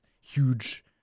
huge